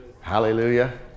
Hallelujah